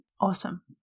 Awesome